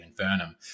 Infernum*